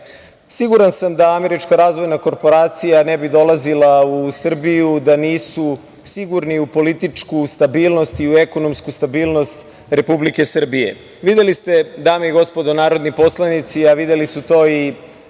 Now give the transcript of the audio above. mesta. Siguran sam da Američka razvojna korporacija ne bi dolazila u Srbiju da nisu sigurni u političku stabilnost i u ekonomsku stabilnost Republike Srbije. Videli ste, dame i gospodo narodni poslanici, a videli su to i